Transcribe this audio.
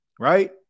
right